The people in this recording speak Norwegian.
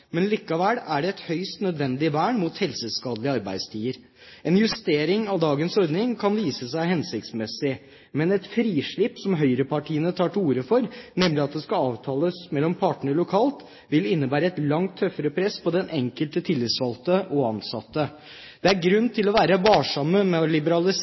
men likevel er det et høyst nødvendig vern mot helseskadelige arbeidstider. En justering av dagens ordning kan vise seg hensiktsmessig, men et frislipp, som høyrepartiene tar til orde for, nemlig at det skal avtales mellom partene lokalt, vil innebære et langt tøffere press på den enkelte tillitsvalgte og ansatte. Det er grunn til å være varsomme med å liberalisere